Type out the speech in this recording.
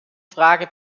frage